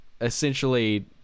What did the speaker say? essentially